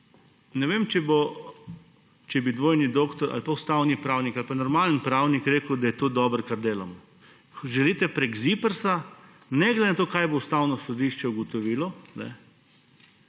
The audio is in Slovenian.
ne vem, če bi dvojni doktor, ali pa ustavni pravnik, ali pa normalni pravnik rekel, da je to dobro, kar delamo. Želite preko ZIPRS, ne glede na to, kaj bo Ustavno sodišče ugotovilo,